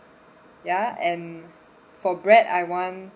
ya and for bread I want